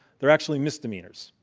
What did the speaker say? they're actually misdemeanors.